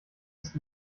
ist